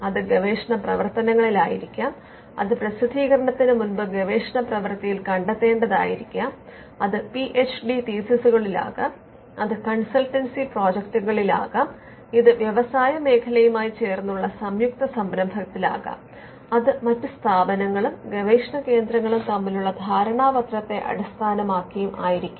അത് ഗവേഷണ പ്രവർത്തനങ്ങളിൽ ആയിരിക്കാം അത് പ്രസിദ്ധീകരണത്തിന് മുമ്പ് ഗവേഷണപ്രവർത്തിയിൽ കണ്ടെത്തേണ്ടത് ആയിരിക്കാം അത് പിഎച്ച് ഡി തീസിസുകളിൽ ആകാം അത് കൺസൾട്ടൻസി പ്രോജക്റ്റുകളിൽ ആകാം ഇത് വ്യവസായ മേഖലയുമായി ചേർന്നുള്ള സംയുക്ത സംരംഭത്തിലാകാം അത് മറ്റ് സ്ഥാപനങ്ങളും ഗവേഷണ കേന്ദ്രങ്ങളും തമ്മിലുള്ള ധാരണാപത്രത്തെ അടിസ്ഥാനമാക്കിയും ആയിരിക്കാം